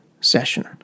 session